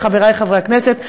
שחברי חברי הכנסת,